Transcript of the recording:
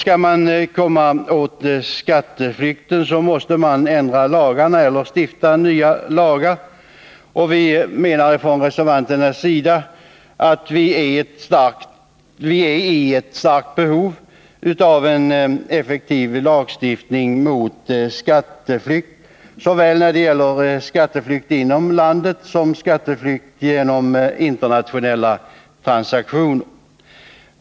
För att kunna komma åt skatteflykten måste man därför ändra lagarna eller stifta nya lagar. 49 Vi reservanter hävdar att Sverige är i starkt behov av en effektiv lagstiftning mot skatteflykt när det gäller såväl skatteflykt inom landet som skatteflykt genom internationella transaktioner.